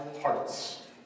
hearts